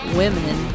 women